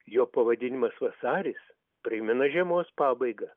jo pavadinimas vasaris primena žiemos pabaigą